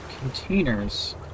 containers